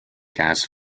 gas